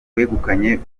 wegukanye